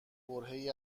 برههای